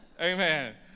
Amen